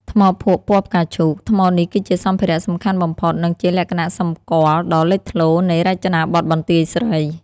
ថ្មភក់ពណ៌ផ្កាឈូក ថ្មនេះគឺជាសម្ភារៈសំខាន់បំផុត និងជា លក្ខណៈសម្គាល់ដ៏លេចធ្លោ នៃរចនាបថបន្ទាយស្រី។